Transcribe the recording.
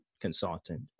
consultant